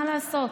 מה לעשות,